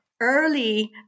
early